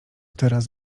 teraz